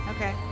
Okay